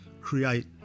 create